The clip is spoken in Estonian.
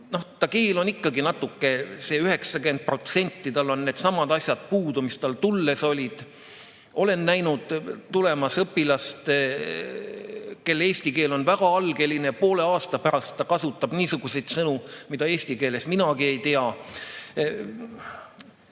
ta keel on ikkagi see 90%, tal on needsamad asjad puudu, mis tal tulles olid. Olen näinud tulemas õpilast, kelle eesti keel on väga algeline, poole aasta pärast ta kasutab niisuguseid sõnu, mida eesti keeles minagi ei tea.